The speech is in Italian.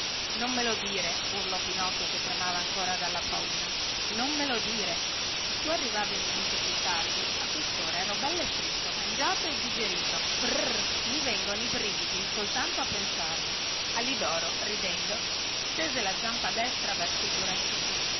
non me lo dire urlò pinocchio che tremava ancora dalla paura non me lo dire se tu arrivavi un minuto più tardi a questora io ero belle fritto mangiato e digerito brrr mi vengono i brividi soltanto a pensarvi alidoro ridendo stese la zampa destra verso il burattino